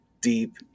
deep